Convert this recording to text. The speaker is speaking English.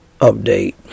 update